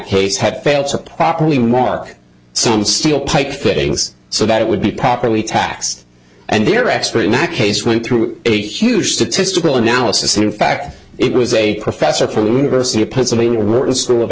case had failed to properly mark some steel pipe fittings so that it would be properly taxed and their expert in that case went through a huge statistical analysis in fact it was a professor from the university of pennsylvania wrote a school of